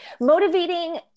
motivating